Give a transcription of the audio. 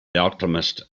alchemist